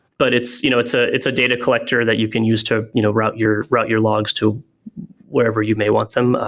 but it's you know it's ah a data collector that you can use to you know route your route your logs to wherever you may want them.